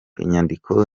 inyandiko